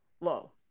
low